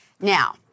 Now